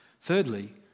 Thirdly